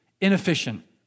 inefficient